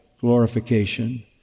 glorification